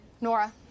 Nora